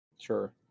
Sure